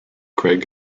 greg